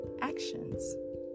actions